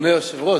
אדוני היושב-ראש,